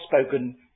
spoken